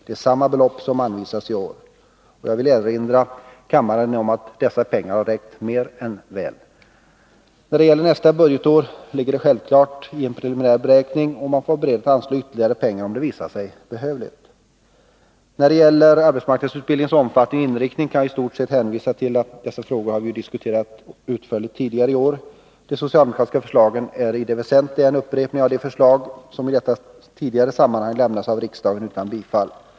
Det är samma belopp som anvisats i år. Jag vill erinra om att dessa pengar har räckt mer än väl. När det gäller nästa budgetår får man självfallet vid en preliminär beräkning vara beredd att anslå ytterligare pengar om det visar sig behövligt. När det gäller arbetsmarknadsutbildningens omfattning och inriktning kan jagistortsett hänvisa till att dessa frågor har diskuterats utförligt tidigare i år. De socialdemokratiska förslagen är i det väsentliga en upprepning av de förslag som i detta tidigare sammanhang av riksdagen lämnades utan bifall.